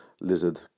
lizard